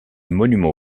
monument